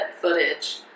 footage